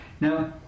Now